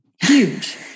Huge